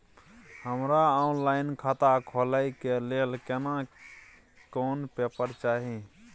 हमरा ऑनलाइन खाता खोले के लेल केना कोन पेपर चाही?